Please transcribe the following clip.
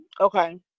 Okay